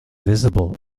visible